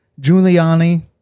Giuliani